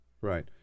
Right